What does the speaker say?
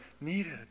needed